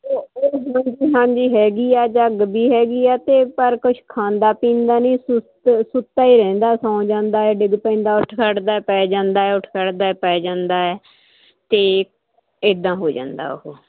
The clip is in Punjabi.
ਉਹ ਹਾਂਜੀ ਹੈਗੀ ਆ ਝੱਗ ਵੀ ਹੈਗੀ ਆ ਤੇ ਪਰ ਕੁਝ ਖਾਂਦਾ ਪੀਂਦਾ ਨਹੀਂ ਸੁਸਤ ਸੁੱਤਾ ਹੀ ਰਹਿੰਦਾ ਸੌ ਜਾਂਦਾ ਏ ਡਿੱਗ ਪੈਂਦਾ ਉੱਠ ਖੜਦਾ ਪੈ ਜਾਂਦਾ ਉੱਠ ਖੜਦਾ ਪੈ ਜਾਂਦਾ ਹ ਤੇ ਇਦਾਂ ਹੋ ਜਾਂਦਾ ਉਹ